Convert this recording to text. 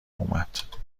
اومد